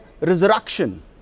resurrection